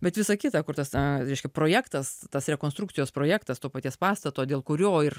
bet visa kita kur tas projektas tas rekonstrukcijos projektas to paties pastato dėl kurio ir